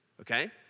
okay